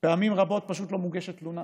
פעמים רבות פשוט לא מוגשת תלונה